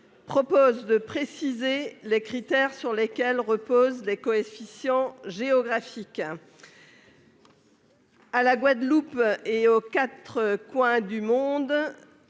vise à préciser les critères sur lesquels reposent les coefficients géographiques. À la Guadeloupe et aux quatre coins du monde,